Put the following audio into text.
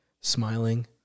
smiling